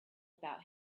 about